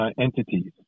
entities